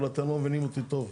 אתם לא מבינים אותי טוב.